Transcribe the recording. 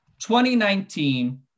2019